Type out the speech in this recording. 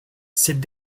cette